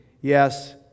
Yes